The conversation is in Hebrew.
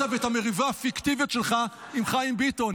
ואת המריבה הפיקטיבית שלך עם חיים ביטון.